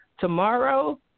Tomorrow